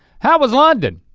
how was london?